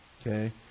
Okay